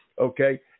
Okay